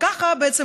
וככה בעצם,